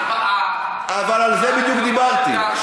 על זה בדיוק דיברתי.